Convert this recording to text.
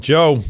Joe